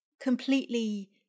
completely